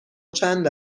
چند